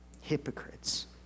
Hypocrites